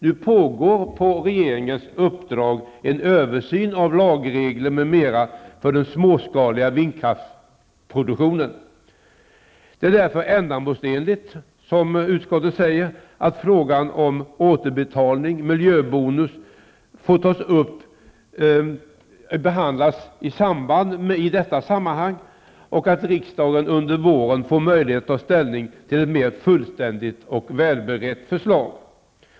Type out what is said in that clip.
Nu pågår på regeringens uppdrag en översyn av lagregler m.m. för den småskaliga vindkraftsproduktionen. Det är därför ändamålsenligt, vilket utskottet också framhåller, att frågan om återbetalning eller miljöbonus behandlas i detta sammanhang så att riksdagen under våren får möjlighet att ta ställning till ett mer fullständigt och väl berett förslag.